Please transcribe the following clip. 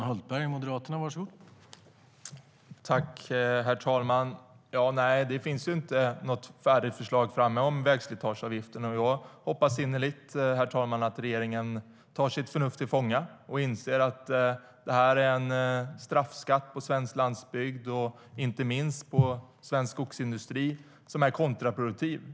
Herr talman! Det finns inte något färdigt förslag om vägslitageavgiften. Jag hoppas innerligt att regeringen tar sitt förnuft till fånga och inser att det är en straffskatt på svenskt landsbygd och inte minst på svensk skogsindustri som är kontraproduktiv.